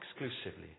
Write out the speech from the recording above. exclusively